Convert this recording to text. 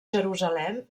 jerusalem